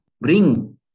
bring